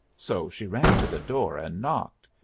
so she ran to the door and knocked.